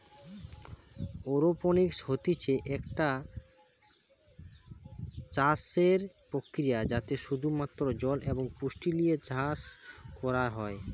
aeroponics হতিছে একটা চাষসের প্রক্রিয়া যাতে শুধু মাত্র জল এবং পুষ্টি লিয়ে চাষ করা হয়